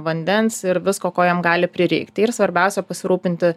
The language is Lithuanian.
vandens ir visko ko jam gali prireikti ir svarbiausia pasirūpinti